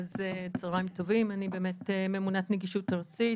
צהריים טובים, אני ממונת נגישות ארצית,